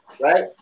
right